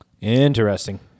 Interesting